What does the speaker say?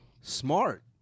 Smart